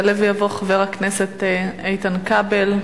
יעלה ויבוא חבר הכנסת איתן כבל.